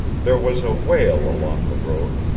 there was a wail along the road,